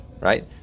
Right